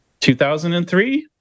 2003